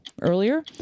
earlier